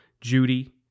Judy